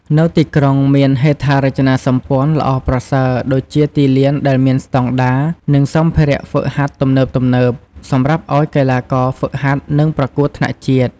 នៅទីក្រុងមាន ហេដ្ឋារចនាសម្ព័ន្ធ ល្អប្រសើរដូចជាទីលានដែលមានស្តង់ដារ និងសម្ភារៈហ្វឹកហាត់ទំនើបៗ សម្រាប់ឱ្យកីទ្បាករហ្វឹកហាត់ និងប្រកួតថ្នាក់ជាតិ។